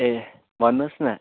ए भन्नुहोस् न